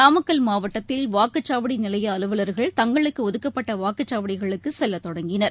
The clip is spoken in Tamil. நாமக்கல் மாவட்டத்தில் வாக்குச்சாவடிநிலையஅலுவலர்கள் தங்களுக்குஒதுக்கப்பட்டவாக்குச்சாவடிகளுக்குசெல்லத் தொடங்கினர்